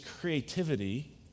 creativity